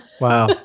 Wow